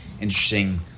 interesting